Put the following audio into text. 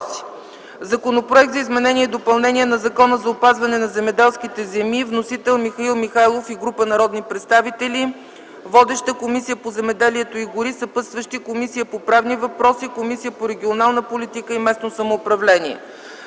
Законопроект за изменение и допълнение на Закона за опазване на земеделските земи. Вносители – Михаил Михайлов и група народни представители. Водеща е Комисията по земеделието и горите. Съпътстващи са Комисията по правни въпроси и Комисията по регионална политика и местно самоуправление.